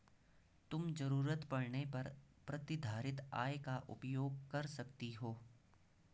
तुम ज़रूरत पड़ने पर प्रतिधारित आय का उपयोग कर सकती हो